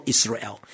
Israel